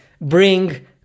bring